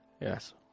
Yes